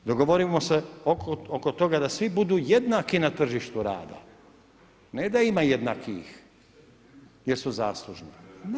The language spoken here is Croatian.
Dogovorimo se oko toga da svi budu jednaki na tržištu rada a ne da ima jednakijih jer su zaslužni.